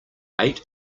ate